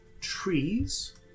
trees